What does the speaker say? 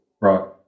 Right